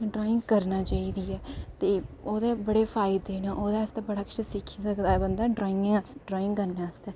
ते ड्राइंग करनी चाहिदी ऐ ते ओह्दे बड़े फायदे न ओह्दे आस्तै बड़ा किश बंदा सिक्खी सकदा ऐ ड्राइंग करने आस्तै